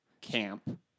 camp